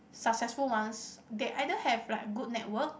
successful ones they either have like good network